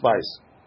spice